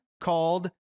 called